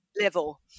level